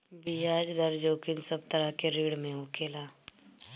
बियाज दर जोखिम सब तरह के ऋण में होखेला